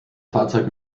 fahrzeug